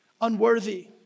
unworthy